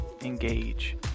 engage